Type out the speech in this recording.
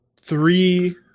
three